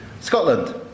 Scotland